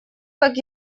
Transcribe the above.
как